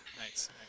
Nice